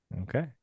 Okay